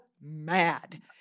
mad